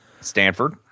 Stanford